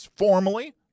Formally